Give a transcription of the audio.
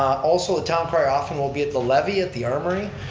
also the town crier often will be at the levy, at the armory.